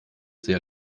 sehr